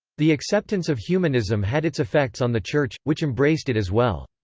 the acceptance of humanism had its effects on the church, which embraced it as well.